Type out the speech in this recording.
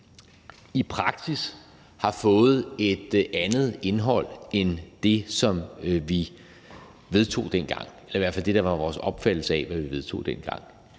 i praksis har fået et andet indhold end det, som vi vedtog dengang – eller i hvert fald det, der var vores opfattelse af, hvad vi vedtog dengang